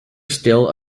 still